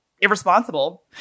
irresponsible